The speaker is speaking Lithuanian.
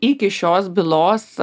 iki šios bylos